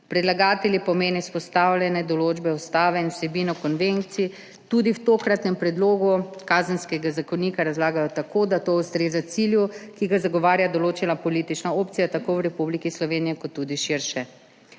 Predlagatelji pomen izpostavljene določbe ustave in vsebino konvencij tudi v tokratnem predlogu Kazenskega zakonika razlagajo tako, da to ustreza cilju, ki ga zagovarja določena politična opcija, tako v Republiki Sloveniji kot tudi širše.